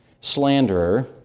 slanderer